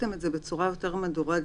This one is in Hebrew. כתבתם את זה בצורה יותר מדורגת.